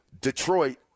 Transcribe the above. Detroit